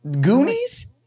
Goonies